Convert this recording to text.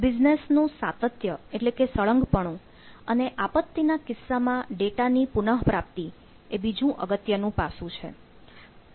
business નું સાતત્ય એટલે કે સળંગપણું અને આપત્તિ ના કિસ્સામાં ડેટાની પુનઃપ્રાપ્તિ એ બીજું અગત્યનું પાસું છે